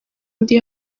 undi